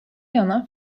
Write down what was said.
yana